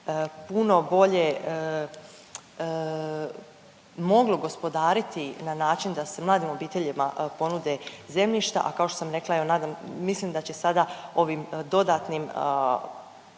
puno bolje moglo gospodariti na način da se mladim obiteljima ponude zemljišta. A kao što sam rekla evo mislim da će sada ovim dodatnim